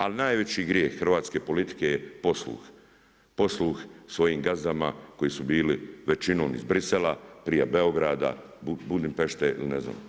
Ali najveći grijeh hrvatske politike je posluh, posluh svojim gazdama koji su bili većinom iz Bruxellesa prije Beograda, Budimpešte ili ne znam.